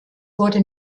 wurde